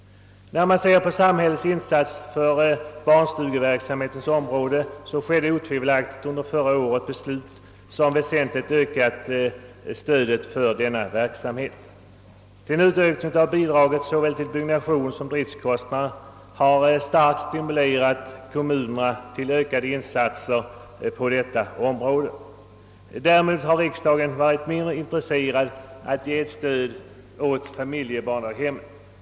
Förra året fattades beslut som väsentligt ökade samhällets insatser på barnstugeverksamhetens område. De ökade bidragen till såväl byggnation som driftkostnader har starkt stimulerat kommunerna till ökade insatser på detta område. Däremot har riksdagen varit mindre intresserad av att ge stöd åt familjebarndaghemmen.